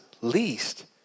least